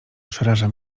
przeraża